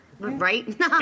right